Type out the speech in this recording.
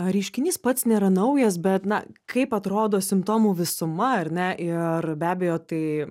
reiškinys pats nėra naujas bet na kaip atrodo simptomų visuma ar ne ir be abejo tai